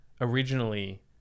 originally